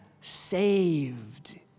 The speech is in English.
saved